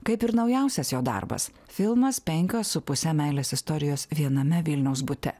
kaip ir naujausias jo darbas filmas penkios su puse meilės istorijos viename vilniaus bute